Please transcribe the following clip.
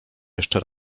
jeszcze